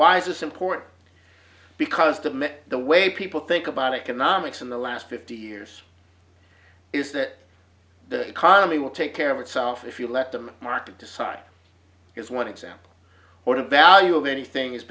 this important because the mitt the way people think about it cannot mix in the last fifty years is that the economy will take care of itself if you let them market decide is one example or the value of anything is